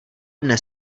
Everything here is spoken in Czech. dne